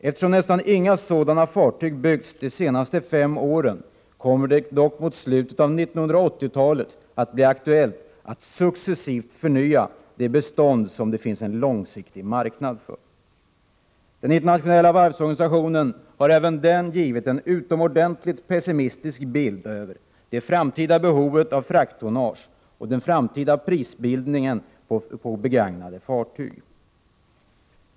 Eftersom nästan inga sådana fartyg byggts de senaste fem åren kommer det dock mot slutet av 1980-talet att bli aktuellt att successivt förnya de bestånd som det finns en långsiktig marknad för. Även den internationella varvsorganisationen har uttalat sig utomordentligt pessimistiskt om det framtida behovet av frakttonnage och om den framtida prisbildningen i fråga om begagnade fartyg.